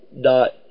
dot